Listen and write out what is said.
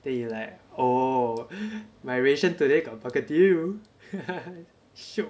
then you like oh my ration today got bergedil shiok